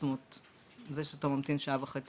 זאת אומרת זה שאתה ממתין שעה וחצי